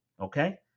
okay